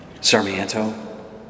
Sarmiento